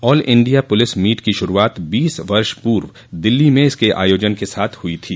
all India police meet की शुरूआत बीस वर्ष पूर्व दिल्ली में इसके आयोजन के साथ हुई थी